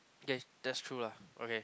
okay that's true lah okay